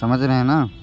समझ रहें न